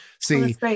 See